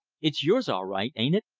it's yours all right, ain't it?